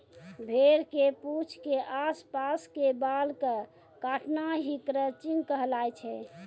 भेड़ के पूंछ के आस पास के बाल कॅ काटना हीं क्रचिंग कहलाय छै